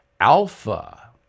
Alpha